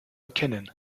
erkennen